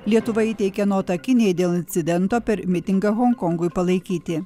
lietuva įteikė notą kinijai dėl incidento per mitingą honkongui palaikyti